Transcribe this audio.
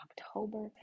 October